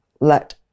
let